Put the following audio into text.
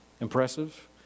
impressive